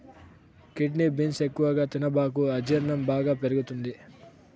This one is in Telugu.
కిడ్నీ బీన్స్ ఎక్కువగా తినబాకు అజీర్ణం బాగా పెరుగుతది